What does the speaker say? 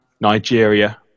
Nigeria